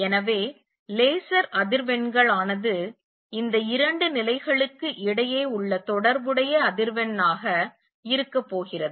எனவே லேசர் அதிர்வெண்கள் ஆனது இந்த இரண்டு நிலைகளுக்கு இடையே உள்ள தொடர்புடைய அதிர்வெண்ணாக இருக்க போகிறது